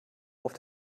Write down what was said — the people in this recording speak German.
auf